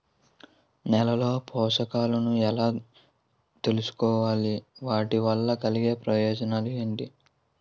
నేలలో పోషకాలను ఎలా తెలుసుకోవాలి? వాటి వల్ల కలిగే ప్రయోజనాలు ఏంటి?